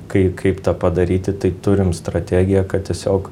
kai kaip tą padaryti tai turim strategiją kad tiesiog